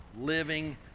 living